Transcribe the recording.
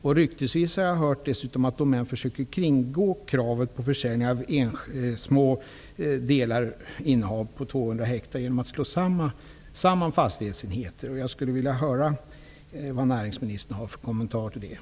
Jag har dessutom ryktesvis hört att Domän försöker kringgå kravet på försäljning av små innehav upp till 200 hektar genom att slå samman fastighetsenheter. Jag skulle vilja höra vilken kommentar näringsministern har till detta.